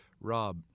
Rob